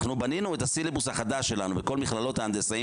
בנינו את הסיליבוס החדש שלנו בכל מכללות ההנדסים